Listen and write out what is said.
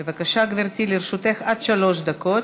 בבקשה, גברתי, לרשותך עד שלוש דקות.